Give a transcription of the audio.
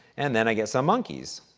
and then i get some monkeys.